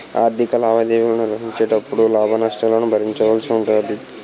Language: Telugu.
ఆర్ధిక లావాదేవీలు నిర్వహించేటపుడు లాభ నష్టాలను భరించవలసి ఉంటాది